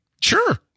Sure